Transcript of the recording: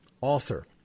Author